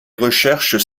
recherches